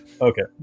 Okay